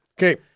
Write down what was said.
Okay